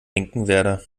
finkenwerder